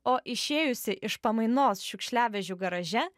o išėjusi iš pamainos šiukšliavežių garaže